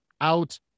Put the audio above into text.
out